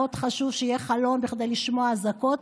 חשוב מאוד שיהיה חלון כדי לשמוע אזעקות.